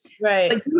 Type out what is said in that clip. Right